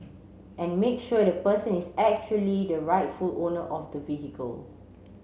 and make sure the person is actually the rightful owner of the vehicle